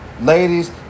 Ladies